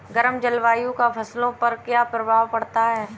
गर्म जलवायु का फसलों पर क्या प्रभाव पड़ता है?